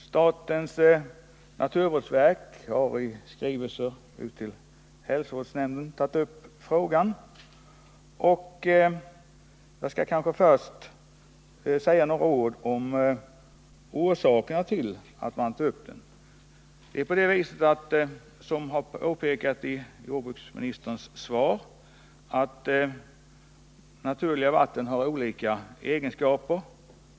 Statens naturvårdsverk har berört frågan i skrivelse till hälsovårdsnämnden. Jag skall kanske först säga några ord om orsakerna till att man tagit upp den. Som påpekades i jordbruksministerns svar har naturliga vatten olika egenskaper.